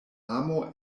amo